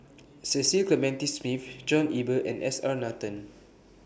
Cecil Clementi Smith John Eber and S R Nathan